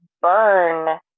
burn